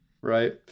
right